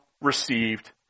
received